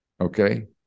Okay